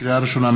לקריאה ראשונה,